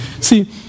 See